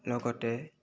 লগতে